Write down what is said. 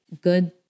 good